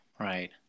Right